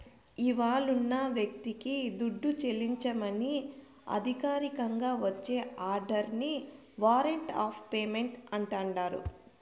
ఇవ్వాలున్న వ్యక్తికి దుడ్డు చెల్లించమని అధికారికంగా వచ్చే ఆర్డరిని వారంట్ ఆఫ్ పేమెంటు అంటాండారు